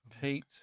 Pete